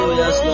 yes